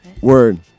Word